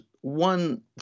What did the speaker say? one